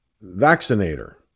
vaccinator